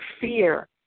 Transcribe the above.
fear